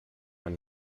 man